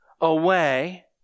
away